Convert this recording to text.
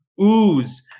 ooze